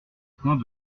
poings